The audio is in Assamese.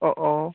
অঁ অঁ